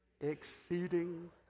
exceeding